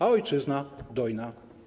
A ojczyzna dojna.